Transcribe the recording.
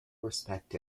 respect